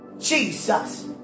Jesus